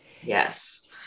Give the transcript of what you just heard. Yes